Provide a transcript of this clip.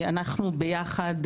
ואנחנו ביחד,